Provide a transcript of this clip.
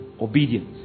obedience